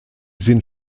sind